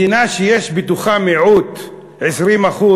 מדינה שיש בתוכה מיעוט של 20%,